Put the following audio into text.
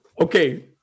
Okay